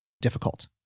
difficult